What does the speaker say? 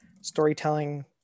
storytelling